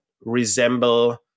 resemble